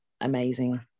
amazing